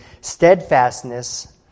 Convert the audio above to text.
steadfastness